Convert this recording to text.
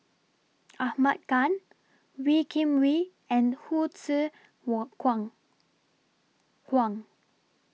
Ahmad Khan Wee Kim Wee and Hsu Tse Kwang Kwang